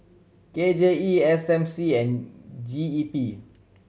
K J E S M C and G E P